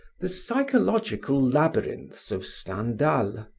the psychological labyrinths of stendhal,